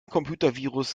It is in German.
computervirus